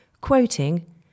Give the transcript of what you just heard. quoting